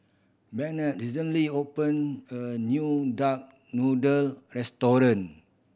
Bennett recently opened a new duck noodle restaurant